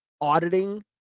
auditing